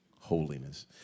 holiness